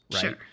Sure